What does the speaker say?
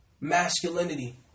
Masculinity